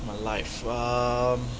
in my life um